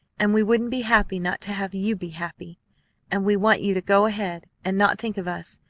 and we wouldn't be happy not to have you be happy and we want you to go ahead and not think of us.